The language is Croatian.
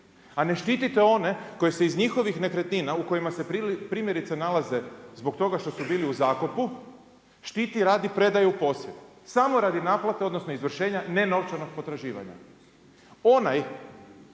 A ne štitite one koji se iz njihovih nekretnina u kojima se primjerice nalaze zbog toga što su bili u zakupu, štiti radi predaje u posjed. Samo radi naplate odnosno izvršenja nenovčanog potraživanja.